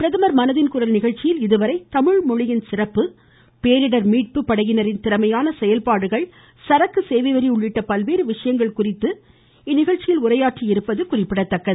பிரதமர் மனதின் குரல் நிகழ்ச்சியில் இதுவரை தமிழ்மொழியின் சிறப்புகள் பேரிடர் மீட்பு படையினாின் திறமையான செயல்பாடுகள் சரக்கு சேவை வரி உள்ளிட்ட பல்வேறு விசயங்கள் குறித்து உரையாற்றியுள்ளது குறிப்பிடத்தக்கது